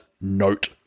note